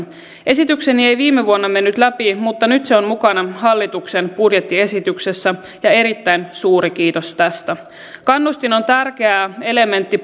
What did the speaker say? esitykseni ei viime vuonna mennyt läpi mutta nyt se on mukana hallituksen budjettiesityksessä ja erittäin suuri kiitos tästä kannustin on tärkeä elementti